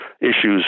issues